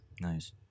nice